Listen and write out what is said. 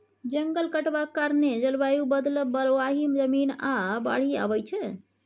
जंगल कटबाक कारणेँ जलबायु बदलब, बलुआही जमीन, आ बाढ़ि आबय छै